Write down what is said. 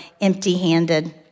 empty-handed